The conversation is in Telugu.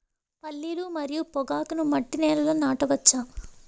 పల్లీలు మరియు పొగాకును మట్టి నేలల్లో నాట వచ్చా?